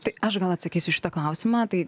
tai aš gal atsakysiu į šitą klausimą tai